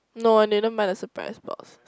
no I didn't buy the surprise box